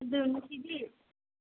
ꯑꯗꯨ ꯉꯁꯤꯗꯤ